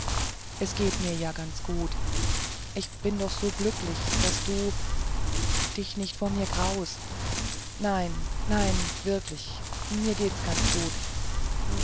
es geht mir ja ganz gut ich bin doch so glücklich daß du dich nicht vor mir graust nein nein wirklich mir geht's ganz gut